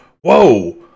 whoa